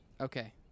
okay